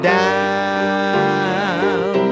down